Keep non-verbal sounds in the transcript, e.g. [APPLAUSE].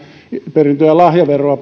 perintö ja lahjaveroa [UNINTELLIGIBLE]